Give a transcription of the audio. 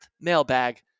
mailbag